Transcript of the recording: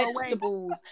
vegetables